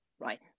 Right